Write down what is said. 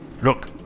...look